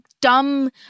dumb